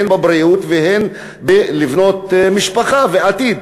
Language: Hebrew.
הן בבריאות והן בבניית משפחה ועתיד.